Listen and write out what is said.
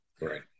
Right